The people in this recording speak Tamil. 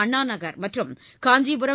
அண்ணா நகர் மற்றும் காஞ்சிபுரம்